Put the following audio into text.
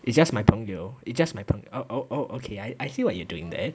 it's just my 朋友 it's just my 朋友 uh oh oh okay I see what you're doing there